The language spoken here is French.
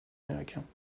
américains